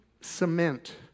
cement